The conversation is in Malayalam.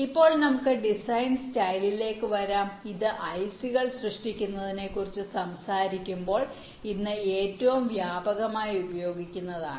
ഇപ്പോൾ നമുക്ക് ഡിസൈൻ സ്റ്റൈലിലേക്ക് വരാം ഇത് ഐസികൾ സൃഷ്ടിക്കുന്നതിനെക്കുറിച്ച് സംസാരിക്കുമ്പോൾ ഇന്ന് ഏറ്റവും വ്യാപകമായി ഉപയോഗിക്കുന്നതാണ്